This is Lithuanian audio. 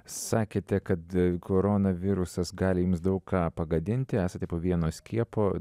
sakėte kad koronavirusas gali jums daug ką pagadinti esate po vieno skiepo